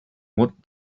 what